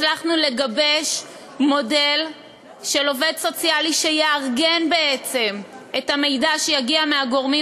הצלחנו לגבש מודל של עובד סוציאלי שיארגן בעצם את המידע שיגיע מהגורמים